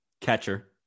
Catcher